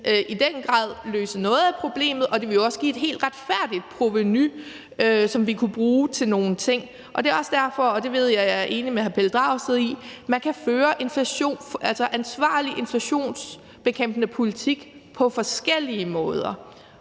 i den grad løse noget af problemet, og det ville også give et helt retfærdigt provenu, som vi kunne bruge til nogle ting. Det er også derfor – og det ved jeg at jeg er enig med hr. Pelle Dragsted om – at man kan føre ansvarlig inflationsbekæmpende politik på forskellige måder.